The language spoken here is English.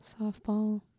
softball